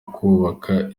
kubaka